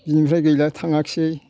बिनिफ्राइ गैला थाङाख्सै